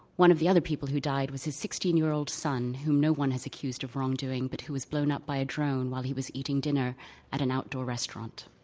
one of the other people who died was his sixteen year old son whom no one has accused of wrongdoing but who was blown up by a drone while he was eating dinner at an outdoor restaurant.